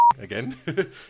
again